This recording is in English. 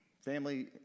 family